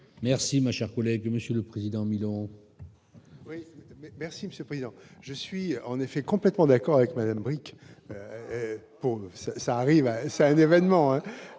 Merci, ma chère collègue, Monsieur le Président millions. Merci Monsieur Président, je suis en effet complètement d'accord avec Madame Bricq pour ça arrive, c'est un événement,